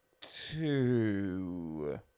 Two